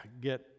get